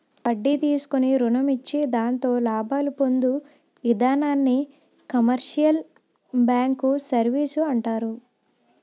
వడ్డీ తీసుకుని రుణం ఇచ్చి దాంతో లాభాలు పొందు ఇధానాన్ని కమర్షియల్ బ్యాంకు సర్వీసు అంటారు